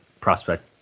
prospect